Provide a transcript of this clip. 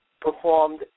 performed